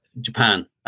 Japan